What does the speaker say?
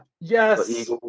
Yes